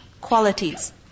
qualities